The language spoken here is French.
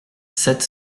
sept